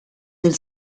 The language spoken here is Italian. del